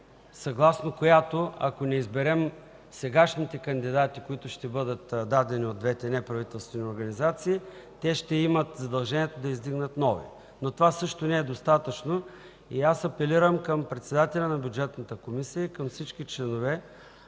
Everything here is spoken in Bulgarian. съгласно която, ако не изберем сегашните кандидати, които ще бъдат дадени от двете неправителствени организации, те ще имат задължението да издигнат нови. Но това също не е достатъчно и аз апелирам към председателя на Бюджетната комисия и към всички членове,